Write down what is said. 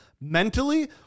mentally